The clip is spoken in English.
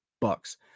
Bucks